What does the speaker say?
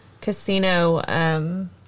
Casino